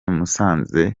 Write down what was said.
musanze